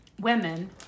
women